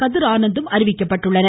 கதிர் ஆனந்தும் அறிவிக்கப்பட்டுள்ளனர்